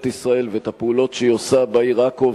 ישראל על הפעולות שהיא עושה בעיר עכו,